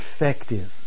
effective